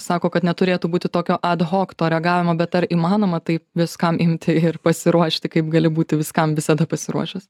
sako kad neturėtų būti tokio ad hok to reagavimo bet ar įmanoma taip viskam imti ir pasiruošti kaip gali būti viskam visada pasiruošęs